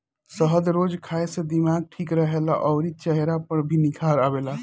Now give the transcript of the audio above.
शहद रोज खाए से दिमाग ठीक रहेला अउरी चेहरा पर भी निखार आवेला